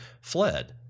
fled